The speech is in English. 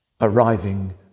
Arriving